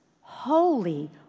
holy